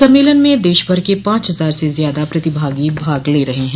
सम्मेलन में देशभर के पांच हजार से ज्यादा प्रतिभागी भाग ले रहे हैं